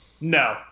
No